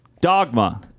Dogma